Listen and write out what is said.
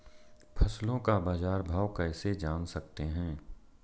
फसलों का बाज़ार भाव कैसे जान सकते हैं?